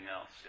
else